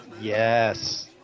yes